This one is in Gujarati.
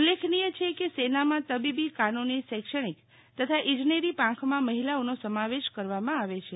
ઉલ્લેખનીય છે કે સેનામાં તબીબી કાનૂની શૈક્ષણિક તથા ઇજનેરી પાંખમાં મહિલાઓનો સમાવેશ કરવામાં આવે છે